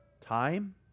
time